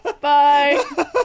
Bye